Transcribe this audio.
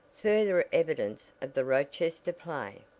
further evidence of the rochester play.